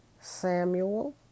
Samuel